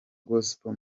gospel